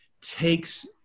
takes